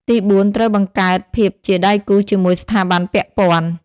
ទីបួន ត្រូវ បង្កើតភាពជាដៃគូជាមួយស្ថាប័នពាក់ព័ន្ធ។